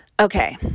Okay